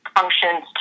functions